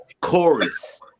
chorus